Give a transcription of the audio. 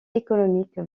économique